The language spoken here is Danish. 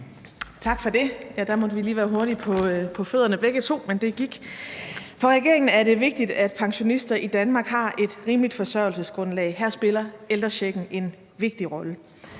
Tak for det. Ja, der måtte vi lige være hurtige på fødderne begge to, men det gik. For regeringen er det vigtigt, at pensionister i Danmark har et rimeligt forsørgelsesgrundlag, og her spiller ældrechecken en vigtig rolle.